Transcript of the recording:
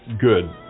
good